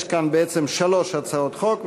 יש כאן בעצם שלוש הצעות חוק,